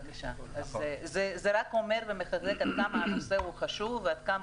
זה רק מחדד עד כמה הנושא חשוב ועד כמה